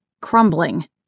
crumbling